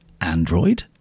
Android